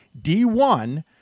D1